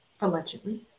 Allegedly